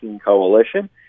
coalition